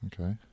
Okay